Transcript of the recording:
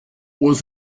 was